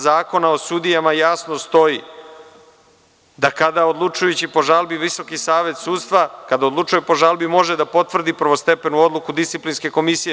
Zakona o sudijama jasno stoji da kada odlučujući po žalbi Visoki savet sudstva, kada odlučuje po žalbi može da potvrdi prvostepenu odluku disciplinske komisije.